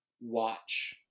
watch